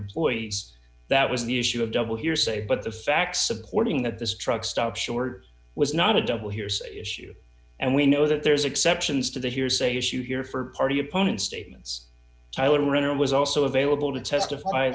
employees that was the issue of double hearsay but the facts supporting that this truck stop sure was not a double hearsay issue and we know that there's exceptions to the hearsay issue here for party opponent statements tyler and was also available to testify